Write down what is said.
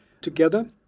together